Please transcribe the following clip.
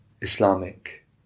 Islamic